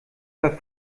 war